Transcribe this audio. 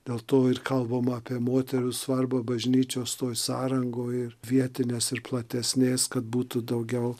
dėl to ir kalbam apie moterų svarbą bažnyčios sąrangoj ir vietinės ir platesnės kad būtų daugiau